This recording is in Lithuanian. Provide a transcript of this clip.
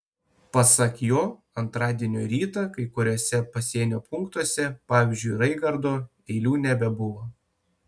pasak jo antradienio rytą kai kuriuose pasienio punktuose pavyzdžiui raigardo eilių nebebuvo